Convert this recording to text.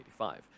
1985